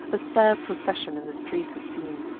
a sad procession in the streets is seen,